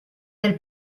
del